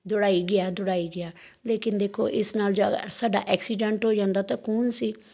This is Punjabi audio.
ਦੌੜਾਈ ਗਿਆ ਦੌੜਾਈ ਗਿਆ ਲੇਕਿਨ ਦੇਖੋ ਇਸ ਨਾਲ ਜ਼ਿਆਦਾ ਸਾਡਾ ਐਕਸੀਡੈਂਟ ਹੋ ਜਾਂਦਾ ਤਾਂ ਕੌਣ ਸੀ